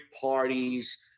parties